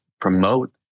promote